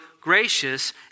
gracious